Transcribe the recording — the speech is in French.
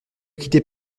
quittait